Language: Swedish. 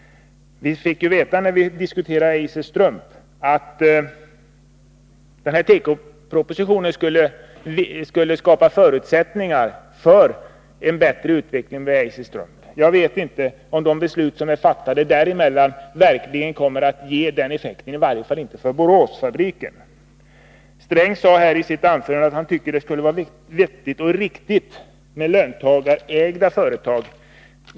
Vi fick ju veta när vi diskuterade Eiser Strump att den här tekopropositionen skulle skapa förutsättningar för en bättre utveckling vid Eiser Strump. Jag vet inte om de beslut som är fattade däremellan verkligen kommer att ge den effekten, i varje fall tror jag inte att de kommer att göra det för Boråsfabriken. Gunnar Sträng sade att han tycker att det skulle vara vettigt och riktigt med löntagarägda företag.